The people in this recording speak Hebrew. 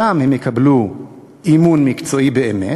שם הם יקבלו אימון מקצועי באמת,